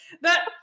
That-